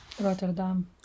Rotterdam